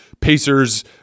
Pacers